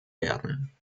werden